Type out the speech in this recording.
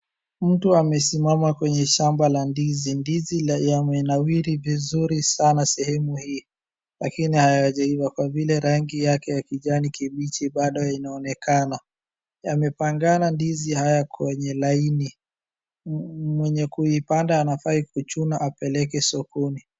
Mtu amesimama kwenye shamba la ndizi. Ndizi yamenawiri vizuri sana sehemu hii lakini haijaiva kwa vile rangi yake ni kijani kibichi bado inaonekana. Yamepangana ndizi haya kwenye laini. Mwenye kuipanda anafaa kuichuna apeleke sokoni.